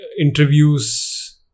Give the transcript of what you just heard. interviews